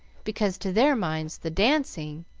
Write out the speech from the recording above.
because to their minds the dancing,